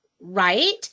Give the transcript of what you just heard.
Right